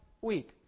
week